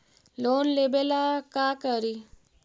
Loan लेबे ला का करि?